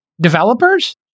developers